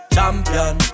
Champion